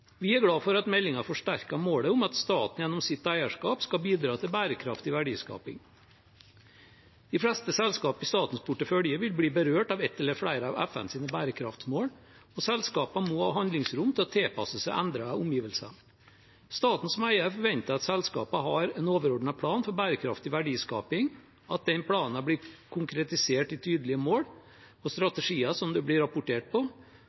Vi er glad for at meldingen forsterker målet om at staten gjennom sitt eierskap skal bidra til bærekraftig verdiskaping. De fleste selskaper i statens portefølje vil bli berørt av ett eller flere av FNs bærekraftsmål, og selskapene må ha handlingsrom til å tilpasse seg endrede omgivelser. Staten som eier forventer at selskapene har en overordnet plan for bærekraftig verdiskaping, at den planen er konkretisert i tydelige mål og strategier det blir rapportert på,